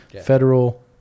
federal